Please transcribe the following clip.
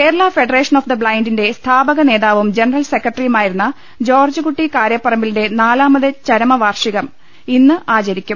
Kerala federation of the ബ്ലൈൻഡിന്റെ സ്ഥാപക നേതാവും ജനറൽ സെക്രട്ടറിയുമായിരുന്ന ജോർജ്ജ്കുട്ടി കാരേ പറമ്പിലിന്റെ നാലാമത് ചര്മവാർഷികം ഇന്ന് ആചരിക്കും